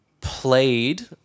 played